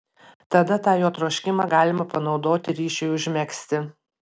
tada tą jo troškimą galima panaudoti ryšiui užmegzti